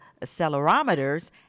accelerometers